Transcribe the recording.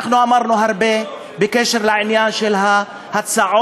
אנחנו אמרנו הרבה בקשר לעניין של ההצעות